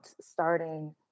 starting